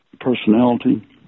personality